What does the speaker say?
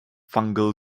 fungal